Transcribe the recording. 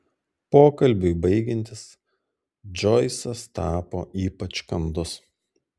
pokalbiui baigiantis džoisas tapo ypač kandus